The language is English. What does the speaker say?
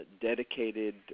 dedicated